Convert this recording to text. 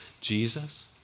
Jesus